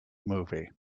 movie